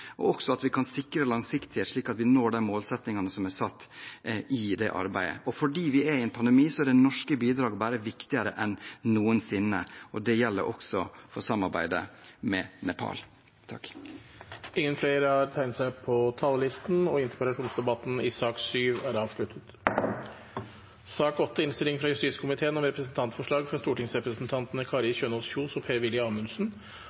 og også at vi kan sikre langsiktighet, slik at vi når de målsettingene som er satt i dette arbeidet. Fordi vi er i en pandemi, er det norske bidraget viktigere enn noensinne. Det gjelder også for samarbeidet med Nepal. Interpellasjonsdebatten er dermed avsluttet. Etter ønske fra justiskomiteen vil presidenten ordne debatten slik: 3 minutter til hver partigruppe og